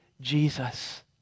Jesus